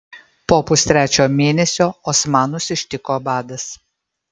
po pustrečio mėnesio osmanus ištiko badas